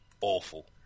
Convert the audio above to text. awful